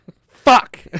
Fuck